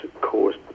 caused